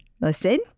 Listen